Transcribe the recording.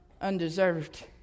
undeserved